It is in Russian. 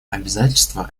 обязательство